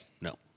No